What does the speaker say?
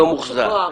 לא מוחזר,